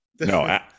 no